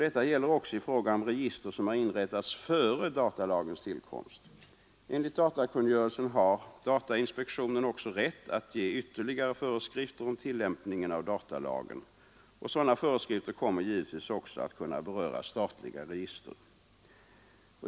Detta gäller också i fråga om register som har inrättats före datalagens tillkomst. Enligt datakungörelsen har datainspektionen också rätt att ge ytterligare föreskrifter om tillämpningen av datalagen. Sådana föreskrifter kommer givetvis också att kunna beröra statliga register.